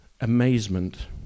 amazement